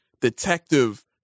detective